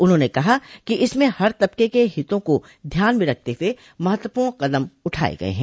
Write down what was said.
उन्होंने कहा कि इसमें हर तबके के हितों को ध्यान में रखते हुए महत्वपूर्ण कदम उठाये गये हैं